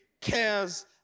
cares